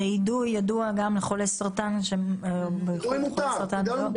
הרי אידוי ידוע גם לחולי סרטן --- זה מותר.